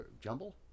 jumble